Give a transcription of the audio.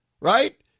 right